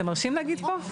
אתם מרשים להגיד פה?